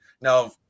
Now